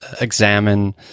examine